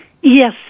Yes